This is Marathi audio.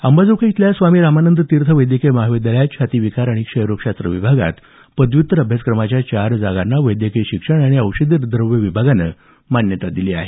अंबाजोगाई इथल्या स्वामी रामानंद तीर्थ वैद्यकीय महाविद्यालयात छाती विकार आणि क्षयरोगशास्त्र विभागात पदव्युत्तर अभ्यासक्रमाच्या चार जागांना वैद्यकीय शिक्षण आणि औषधीद्रव्य विभागानं मान्यता दिली आहे